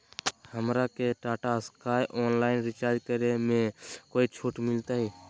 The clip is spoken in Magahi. हमरा के टाटा स्काई ऑनलाइन रिचार्ज करे में कोई छूट मिलतई